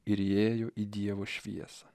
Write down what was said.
ir įėjo į dievo šviesą